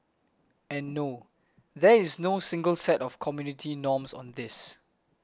and no there is no single set of community norms on this